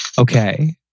okay